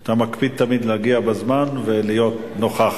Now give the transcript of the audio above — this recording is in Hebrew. אתה מקפיד תמיד להגיע בזמן ולהיות נוכח.